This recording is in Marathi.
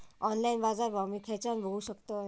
ऑनलाइन बाजारभाव मी खेच्यान बघू शकतय?